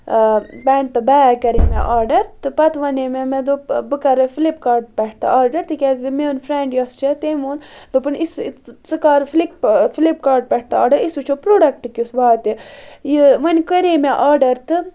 اۭں pant bag کرے مےٚ order تہٕ پَتہٕ وَنیو مےٚ مےٚ دوٚپ بہٕ کرٕ فِلِپ کاٹ پٮ۪ٹھ تہِ آرڈر تِکیازِ میٲنۍ فرینڑ یۄس چھےٚ تٔمۍ ووٚن دوپُن ژٕ کر فلک فِلِپ کاٹ پٮ۪ٹھ آرڈر أسۍ وُچھو پروڈَکٹ کِیُتھ واتہِ یہِ وۄنۍ کَرے مےٚ آرڈر تہٕ